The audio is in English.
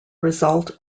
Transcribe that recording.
result